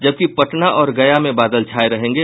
जबकि पटना और गया में बादल छाये रहेंगे